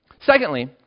Secondly